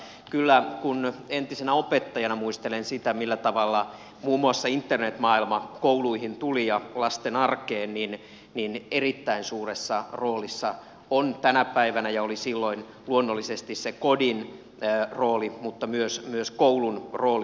mutta kyllä kun entisenä opettajana muistelen sitä millä tavalla muun muassa internetmaailma kouluihin tuli ja lasten arkeen niin erittäin suuressa roolissa on tänä päivänä ja oli silloin luonnollisesti se kodin rooli mutta myös koulun rooli